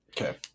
Okay